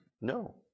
no